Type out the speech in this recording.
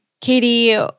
Katie